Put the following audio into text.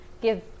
give